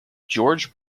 george